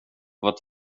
att